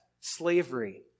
slavery